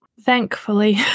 thankfully